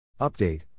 Update